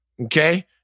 Okay